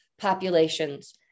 populations